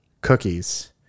Cookies